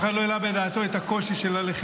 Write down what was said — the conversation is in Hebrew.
אף אחד לא העלה בדעתו את הקושי של הלחימה,